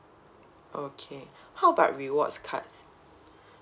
okay how about rewards cards